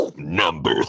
Number